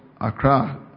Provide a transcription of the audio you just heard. Accra